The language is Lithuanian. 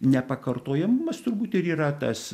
nepakartojamumas turbūt ir yra tas